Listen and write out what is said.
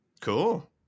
Cool